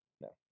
No